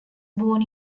born